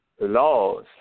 laws